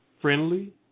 friendly